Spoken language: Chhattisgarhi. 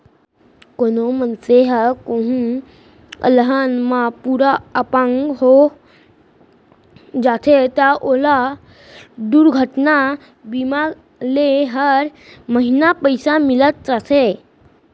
कोनों मनसे ह कोहूँ अलहन म पूरा अपंग हो जाथे त ओला दुरघटना बीमा ले हर महिना पइसा मिलत रथे